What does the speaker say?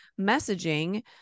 messaging